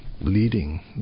leading